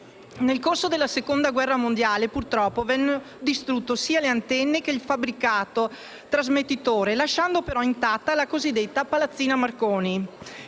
Nel corso della Seconda guerra mondiale, purtroppo, vennero distrutte sia le antenne che il fabbricato trasmettitori, lasciando però intatta la cosiddetta palazzina Marconi.